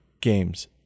games